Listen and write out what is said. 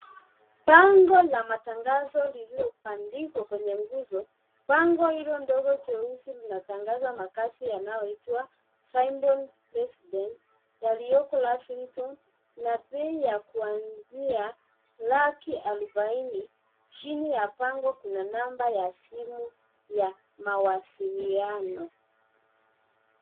Bango la matangazo lililobandikwa kwenye nguzo. Bango hilo ndogo jeusi linatangaza makaazi yanayoitwa Simebond Residence yaliyoko Lavington na bei ya kuanzia laki arobaini. Chini ya bango kuna namba ya simu ya mawasiliano.